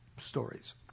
stories